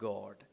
God